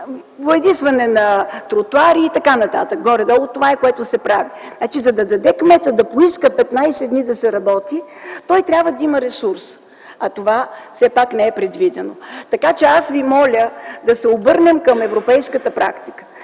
боядисване на тротоари и т.н. Горе-долу това е, което се прави. За да даде кметът, да поиска 15 дни да се работи, той трябва да има ресурси, а това все пак не е предвидено. Аз ви моля да се обърнем към европейската практика